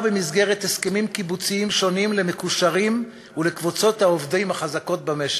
במסגרת הסכמים קיבוציים שונים למקושרים ולקבוצות העובדים החזקות במשק.